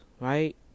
right